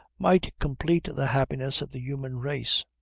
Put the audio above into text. might complete the happiness of the human race.